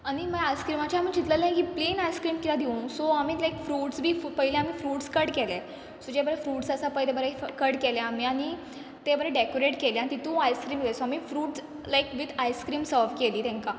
आनी माय आयस्क्रिमाचें आमी चिंतलें लायक ही प्लेन आयस्क्रीम किद्या दिवं सो आमीत लायक फ्रुट्स बी फ् पयली आमी फ्रुट्स कट केले सो जे बरें फ्रुट्स आसा पय ते बरें फ् कट केले आमी आनी ते बरें डॅकोरेट केले आनी तितू आयस्क्रीम घाली सो आमी फ्रुट्स लायक वीत आयस्क्रीम सर्व केली तेंकां